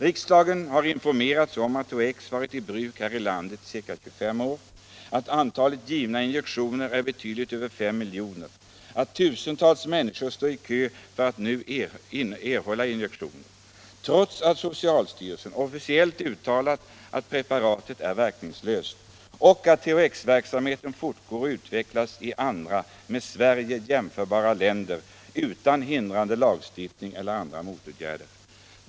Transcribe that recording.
Riksdagen har informerats om att THX varit i bruk här i landet ca 25 år, att antalet givna injektioner är betydligt över 5 miljoner, att tusentals människor står i kö för att nu erhålla injektioner — trots att Socialstyrelsen officiellt uttalat att preparatet är verkningslöst — och att THX-verksamheten fortgår och utvecklas i andra med Sverige jämförbara länder utan hindrande lagstiftning eller andra motåtgärder.